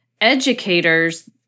educators